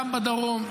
גם בדרום,